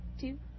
two